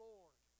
Lord